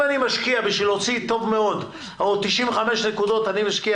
אם בשביל להוציא טוב מאוד או 95 נקודות אני משקיע